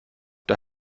auf